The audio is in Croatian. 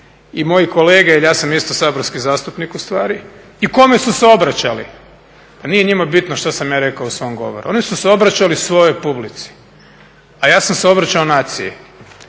i moji kolege, jer ja sam isto saborski zastupnik ustvari i kome su se obraćali. Pa nije njima bitno što sam ja rekao u svom govoru. Oni su se obraćali svojoj publici, a ja sam se obraćao naciji.